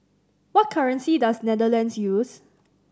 what currency does Netherlands use